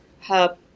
hub